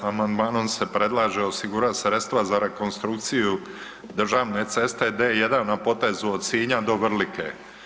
Amandmanom se predlaže osigurati sredstva za rekonstrukciju državne ceste D1 na potezu od Sinja do Vrlike.